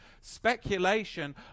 Speculation